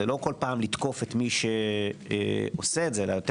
זה לא כל פעם לתקוף את מי שעושה את זה אלא יותר